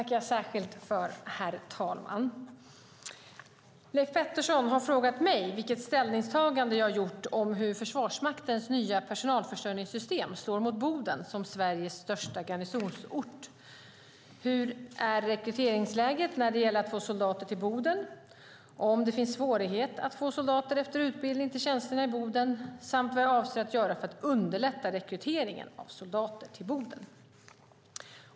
Herr talman! Leif Pettersson har frågat mig vilket ställningstagande jag har gjort om hur Försvarsmaktens nya personalförsörjningssystem slår mot Boden som Sveriges största garnisonsort, hur rekryteringsläget är när det gäller att få soldater till Boden, om det finns svårigheter att få soldater efter utbildning till tjänsterna i Boden samt vad jag avser att göra för att underlätta rekryteringen av soldater till Boden.